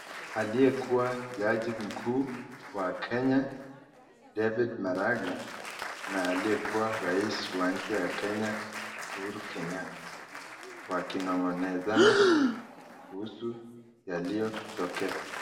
Aliyekuwa jaji mkuu wa Kenya David Maraga na aliyekuwa rais wa nchi ya Kenya Uhuru Kenyatta, wakinong'onezana kuhusu yaliyotokea.